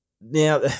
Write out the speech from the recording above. Now